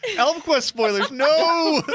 elfquest spoilers, no!